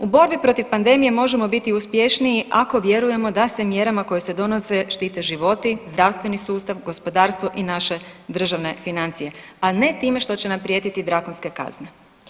U borbi protiv pandemije možemo biti uspješniji ako vjerujemo da se mjerama koje se donose štite životi, zdravstveni sustav, gospodarstvo i naše državne financije, a ne time što će nam prijetiti drakonske kazne.